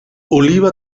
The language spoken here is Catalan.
oliva